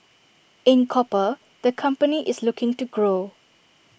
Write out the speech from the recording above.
in copper the company is looking to grow